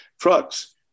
trucks